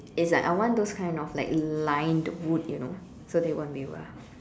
it's like I want those kind of like lined wood you know so that it wouldn't waver